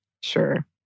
Sure